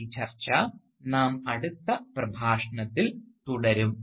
ഈ ചർച്ച നാം അടുത്ത പ്രഭാഷണത്തിൽ തുടരും